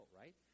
right